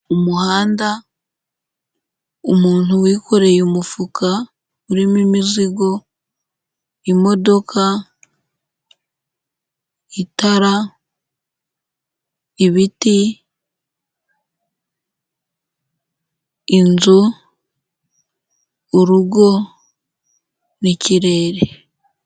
Umuhanda, umuntu wikoreye umufuka urimo imizigo, imodoka, itara, ibiti, inzu, urugo n'ikirere.